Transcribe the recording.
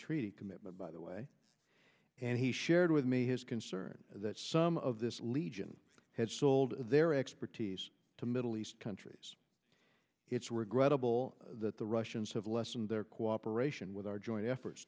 treaty commitment by the way and he shared with me his concern that some of this legion had sold their expertise to middle east countries it's regrettable that the russians have lessened their cooperation with our joint effort